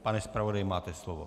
Pane zpravodaji, máte slovo.